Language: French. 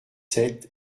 sept